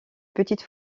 petite